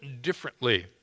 differently